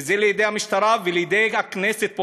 זה לידי המשטרה ולידי הכנסת,